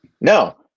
No